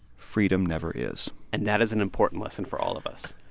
freedom never is and that is an important lesson for all of us.